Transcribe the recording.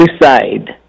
decide